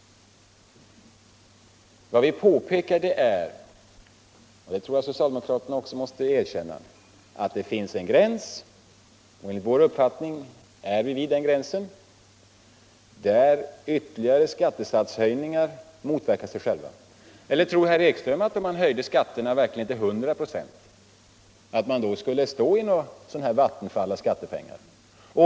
Vad vi påpekar är — och det tror jag socialdemokraterna också måste erkänna — att det finns en gräns där ytterligare skattehöjningar motverkar sig själva, och enligt vår uppfattning är vi vid den gränsen. Tror herr Ekström att vi skulle stå i något sådant vattenfall av skattepengar om man verkligen höjde skatterna till 100 926?